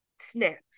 snap